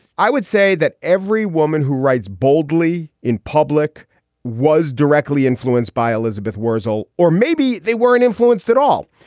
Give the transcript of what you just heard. i would say that every woman who writes boldly in public was directly influenced by elizabeth wurtzel, or maybe they weren't influenced at all.